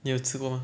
你有吃过吗